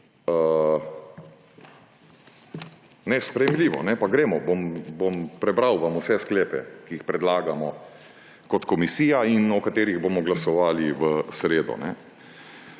nesprejemljivo. Pa vam bom prebral vse sklepe, ki jih predlagamo kot komisija in o katerih bomo glasovali v sredo.